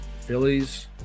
Phillies